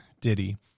Diddy